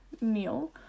meal